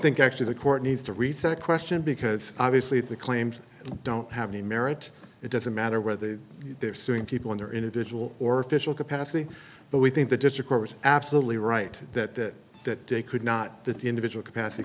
think actually the court needs to reach that question because obviously if the claims don't have any merit it doesn't matter whether they're suing people in their individual or official capacity but we think the ditch a court was absolutely right that that day could not that the individual capacity